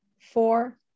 four